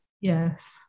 Yes